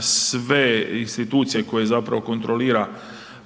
sve institucije koje zapravo kontrolira